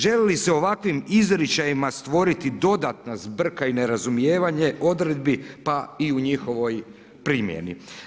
Želi li se ovakvim izričajima stvoriti dodatna zbrka i nerazumijevanje odredbi pa i u njihovoj primjeni.